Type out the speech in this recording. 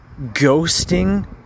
ghosting